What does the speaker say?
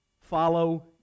follow